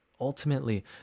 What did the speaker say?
ultimately